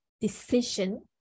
decision